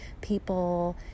people